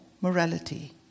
morality